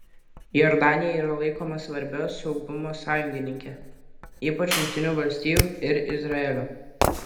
jordanija yra laikoma svarbia saugumo sąjungininke ypač jungtinių valstijų ir izraelio